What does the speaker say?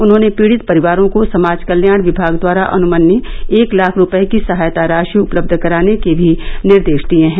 उन्होंने पीड़ित परिवारों को समाज कल्याण विभाग द्वारा अनुमन्य एक लाख रूपए की सहायता राशि उपलब्ध कराने के भी निर्देश दिए हैं